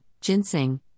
ginseng